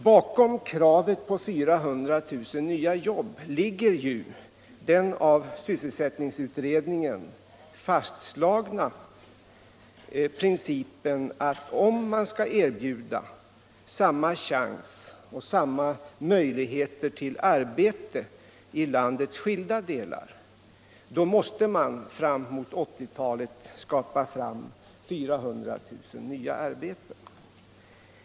Bakom kravet på 400 000 nya jobb ligger den av sysselsättningsutredningen fastslagna principen att om man skall erbjuda samma chans och samma möjligheter till arbete i landets skilda delar, måste man fram mot 1980 talet skaffa 400 000 nya arbeten.